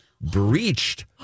breached